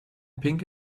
pink